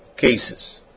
cases